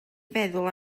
feddwl